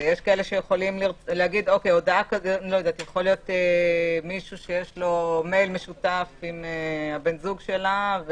יכולה להיות מישהי שיש לה מייל משותף עם הבן זוג שלה,